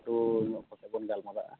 ᱞᱟᱹᱴᱩ ᱧᱚᱜ ᱠᱟᱛᱮᱫ ᱵᱚᱱ ᱜᱟᱞᱢᱟᱨᱟᱜᱼᱟ